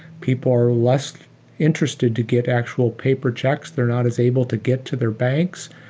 people are less interested to get actual paper checks. they're not as able to get to their banks.